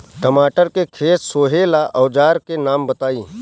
टमाटर के खेत सोहेला औजर के नाम बताई?